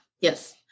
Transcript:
Yes